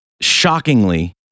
Shockingly